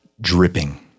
Dripping